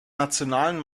nationalen